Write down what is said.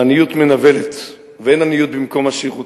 ועניות מנוולת, ואין עניות במקום עשירות,